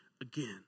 again